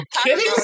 kidding